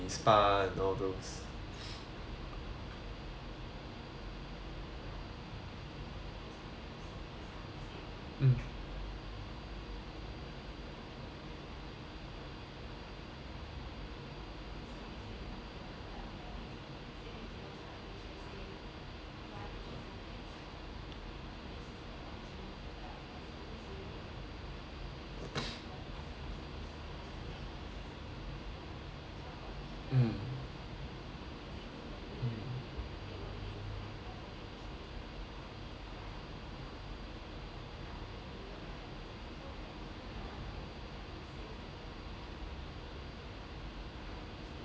mm mm mm mm